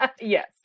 Yes